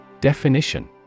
Definition